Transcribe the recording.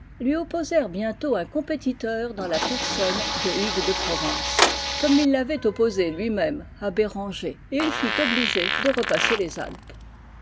lui opposèrent bientôt un compétiteur dans la personne de hugues de provence comme ils l'avaient opposé lui-même à béranger et il fut obligé de repasser les alpes